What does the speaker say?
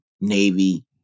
Navy